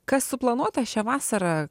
kas suplanuota šią vasarą